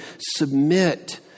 submit